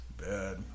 bad